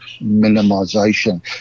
minimization